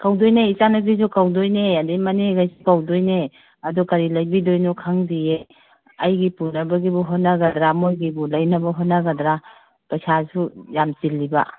ꯀꯧꯗꯣꯏꯅꯦ ꯏꯆꯥ ꯅꯨꯄꯤꯁꯨ ꯀꯧꯗꯣꯏꯅꯦ ꯑꯗꯒꯤ ꯃꯅꯦꯒꯩꯁꯨ ꯀꯧꯗꯣꯏꯅꯦ ꯑꯗꯨ ꯀꯔꯤ ꯂꯩꯕꯤꯗꯣꯏꯅꯣ ꯈꯪꯗꯤꯌꯦ ꯑꯩꯒꯤ ꯄꯨꯅꯕꯒꯤꯕꯨ ꯍꯣꯠꯅꯒꯗ꯭ꯔꯥ ꯃꯣꯏꯒꯤꯕꯨ ꯂꯩꯅꯕ ꯍꯣꯠꯅꯒꯗ꯭ꯔꯥ ꯄꯩꯁꯥꯁꯨ ꯌꯥꯝ ꯆꯤꯜꯂꯤꯕ